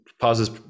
pauses